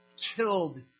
killed